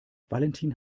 valentin